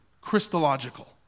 Christological